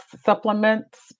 supplements